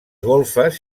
golfes